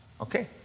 Okay